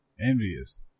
envious